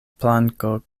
planko